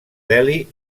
delhi